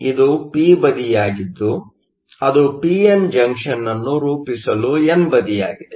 ಇದು ಪಿ ಬದಿಯಾಗಿದ್ದು ಅದು ಪಿ ಎನ್ ಜಂಕ್ಷನ್ ಅನ್ನು ರೂಪಿಸಲು ಎನ್ ಬದಿಯಾಗಿದೆ